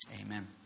Amen